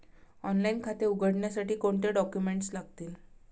Online खाते उघडण्यासाठी कोणते डॉक्युमेंट्स लागतील?